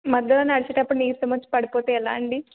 మధ్యలో నడిచేటప్పుడు నీరసం వచ్చి పడిపోతే ఎలా అండి